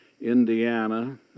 Indiana